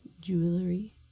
Jewelry